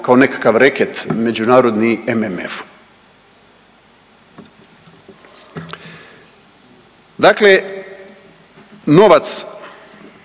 kao nekakav reket međunarodni MMF-u. Dakle, novac